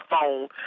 phone